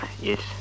Yes